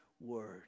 word